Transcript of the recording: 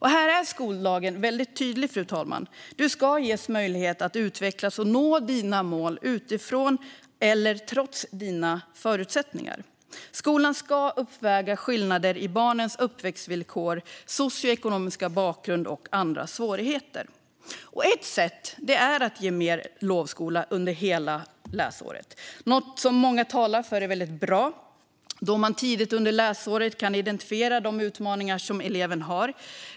Här är skollagen väldigt tydlig, fru talman. Du ska ges möjlighet att utvecklas och nå dina mål utifrån eller trots dina förutsättningar. Skolan ska uppväga skillnader i barnens uppväxtvillkor, socioekonomisk bakgrund och andra svårigheter. Ett sätt är att ge mer lovskola under hela läsåret. Det är något som många talar för är väldigt bra, då man tidigt under läsåret kan identifiera de utmaningar som eleven har.